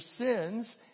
sins